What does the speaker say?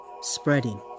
spreading